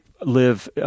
live